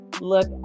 Look